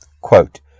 Quote